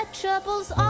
troubles